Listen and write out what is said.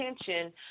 attention